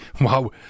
Wow